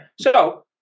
So-